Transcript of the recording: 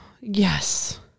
Yes